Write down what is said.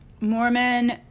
Mormon